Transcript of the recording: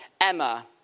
Emma